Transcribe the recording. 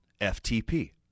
FTP